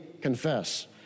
confess